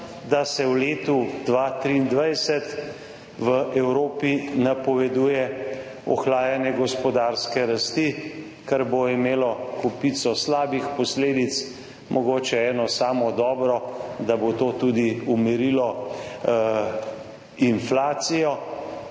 da se v letu 2023 v Evropi napoveduje ohlajanje gospodarske rasti, kar bo imelo kopico slabih posledic, mogoče eno samo dobro, da bo to tudi umirilo inflacijo.